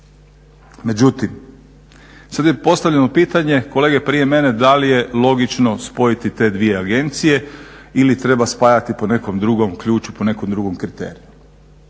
Međutim, sada je postavljeno pitanje kolege prije mene da li je logično spojiti te dvije agencije ili treba spajati po nekom drugom ključu, po nekom drugom kriteriju.